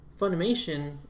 Funimation